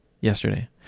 yesterday